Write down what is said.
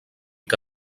que